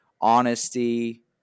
honesty